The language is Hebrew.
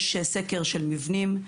יש סקר של מבנים.